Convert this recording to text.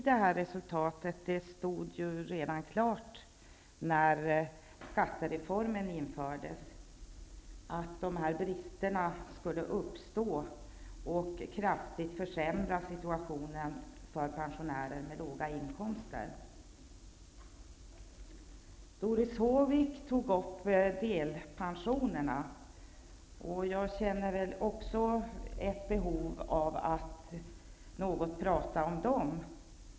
Det stod klart redan när skattereformen genomfördes att resultatet skulle bli dessa brister, som kraftigt har försämrat situationen för pensionärer med låga inkomster. Doris Håvik tog upp frågan om delpensionerna. Också jag känner ett behov av att något beröra dem.